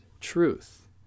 truth